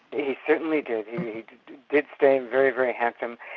he certainly did. he did stay very, very handsome.